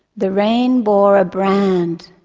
the rain bore a brand